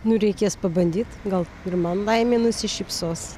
nu reikės pabandyti gal ir man laimė nusišypsos